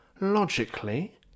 logically